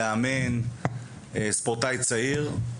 לאמן ספורט צעיר.